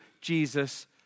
Jesus